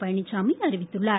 பழனிச்சாமி அறிவித்துள்ளார்